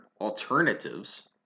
alternatives